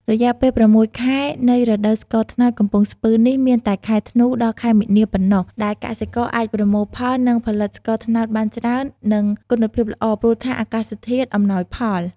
រយៈពេល៦ខែ នៃរដូវស្ករត្នោតកំពង់ស្ពឺនេះ មានតែខែធ្នូ ដល់ខែមីនាប៉ុណ្ណោះ ដែលកសិករអាចប្រមូលផល និងផលិតស្ករត្នោតបានច្រើន និងគុណភាពល្អ ព្រោះថា អាកាសធាតុអំណាយផល។